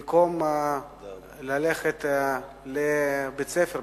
במקום ללכת לבית-ספר,